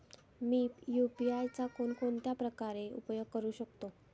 मी UPI चा कोणकोणत्या प्रकारे उपयोग करू शकतो?